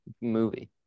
movie